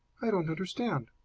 i don't understand.